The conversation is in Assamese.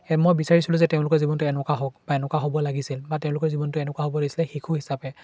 সেই মই বিচাৰিছিলোঁ যে তেওঁলোকৰ জীৱনটো এনেকুৱা হওক বা এনেকুৱা হ'ব লাগিছিল বা তেওঁলোকৰ জীৱনটো এনেকুৱা হ'ব লাগিছিলে শিশু হিচাপে